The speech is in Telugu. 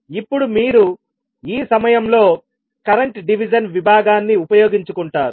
ఇప్పుడు మీరు ఈ సమయంలో కరెంట్ డివిజన్ విభాగాన్ని ఉపయోగించుకుంటారు